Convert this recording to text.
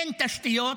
אין תשתיות,